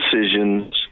decisions